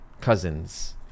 cousins